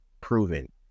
Proven